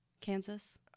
Kansas